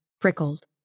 Prickled